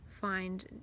find